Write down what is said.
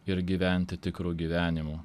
ir gyventi tikru gyvenimu